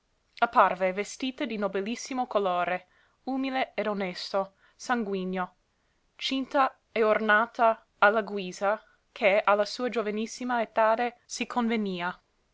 apparve vestita di nobilissimo colore umile ed onesto sanguigno cinta e ornata a la guisa che a la sua giovanissima etade si convenia